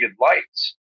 lights